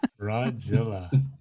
rodzilla